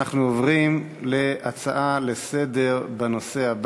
אנחנו עוברים להצעות לסדר-היום